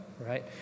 right